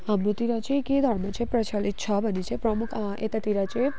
हाम्रोतिर चाहिँ के धर्म चाहिँ प्रचलित छ भने चाहिँ प्रमुख यतातिर चाहिँ